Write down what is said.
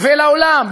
ואל העולם,